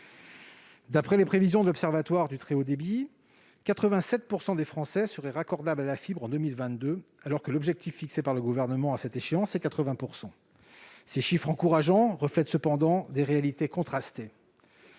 D'après les prévisions de l'Observatoire du très haut débit, 87 % des Français seraient raccordables à la fibre en 2022, alors que l'objectif fixé par le Gouvernement à cette échéance est 80 %. Ces chiffres encourageants reflètent cependant des réalités contrastées.